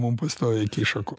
mum pastoviai kišą koją